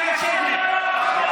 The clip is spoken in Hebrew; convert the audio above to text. נא לשבת.